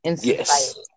Yes